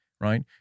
right